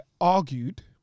argued